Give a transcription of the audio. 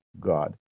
God